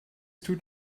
tut